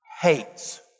hates